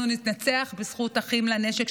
אנחנו ננצח בזכות אחים לנשק,